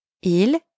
Il